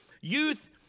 youth